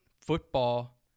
football